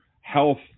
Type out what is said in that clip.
health